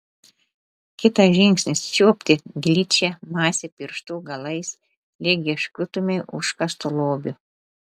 kitas žingsnis čiuopti gličią masę pirštų galais lyg ieškotumei užkasto lobio